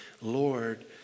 Lord